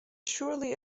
surely